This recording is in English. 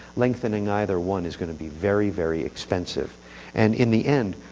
lengthening either one is going to be very very expensive and, in the end,